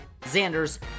Xander's